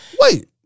Wait